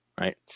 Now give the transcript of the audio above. Right